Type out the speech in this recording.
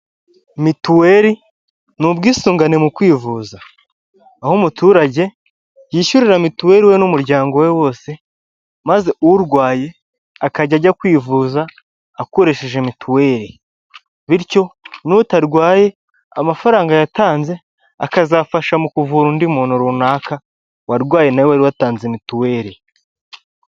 Mituweli ni ubwisungane mu kwivuza. Aho umuturage yishyurira mituweli we n'umuryango we wose, maze urwaye akajya ajya kwivuza, akoresheje mituweli. Bityo n'utarwaye, amafaranga yatanze, akazafasha mu kuvura undi muntu runaka, warwaye nawe wari watanze mituwele.